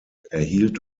erhielt